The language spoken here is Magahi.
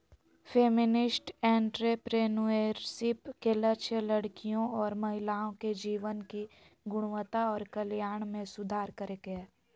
फेमिनिस्ट एंट्रेप्रेनुएरशिप के लक्ष्य लड़कियों और महिलाओं के जीवन की गुणवत्ता और कल्याण में सुधार करे के हय